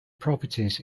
properties